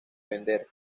vender